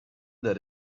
that